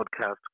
Podcast